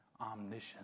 omniscience